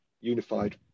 unified